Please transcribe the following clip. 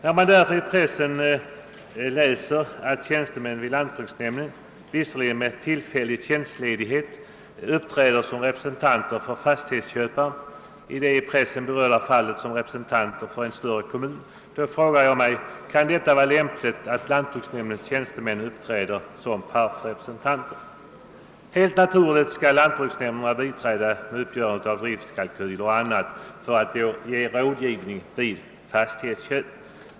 När man därför i pressen läser att tjänstemän vid lantbruksnämnder, visserligen med tillfällig tjänstledighet, uppträder som representanter för fastighetsköpare — i det i pressen berörda fallet som representant för en större kommun — frågar jag mig: Kan det vara lämpligt att lantbruksnämndens tjänstemän uppträder som partsrepresentanter? Helt naturligt skall lantbruksnämnderna biträda med uppgörande av driftkalkyler och annat för att ge råd vid fastighetsköp.